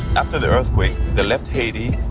after the earthquake, they left haiti.